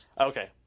Okay